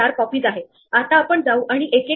तर अशाप्रकारे आपण सुरुवात केली आहे